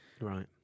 Right